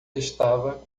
estava